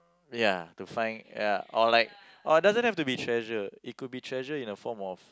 ya to find ya or like or doesn't have to be treasure it could be treasure in a form of